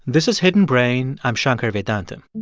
this is hidden brain. i'm shankar vedantam